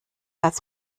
das